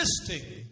existing